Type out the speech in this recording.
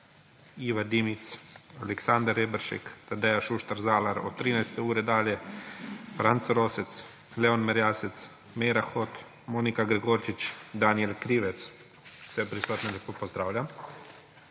Iva Dimic, Aleksander Reberšek, Tadeja Šuštar Zalar od 13. ure dalje, Franc Rosec, Leon Merjasec, mag. Meira Hot, Monika Gregorčič in Danijel Krivec. Vse prisotne lepo pozdravljam!